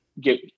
get